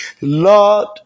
Lord